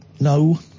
no